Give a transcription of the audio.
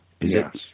Yes